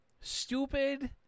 stupid